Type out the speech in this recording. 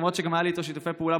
למרות שגם היו לי איתו שיתופי פעולה,